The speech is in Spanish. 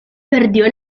perdió